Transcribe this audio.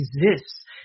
exists